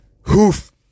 Hoof